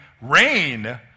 rain